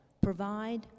provide